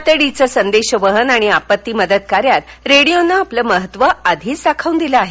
तातडीचं संदेशवहन आणि आपत्ती मदत कार्यात रेडिओनं आपलं महत्व आधीच दाखवून दिलं आहे